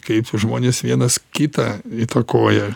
kaip žmonės vienas kitą įtakoja